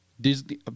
Disney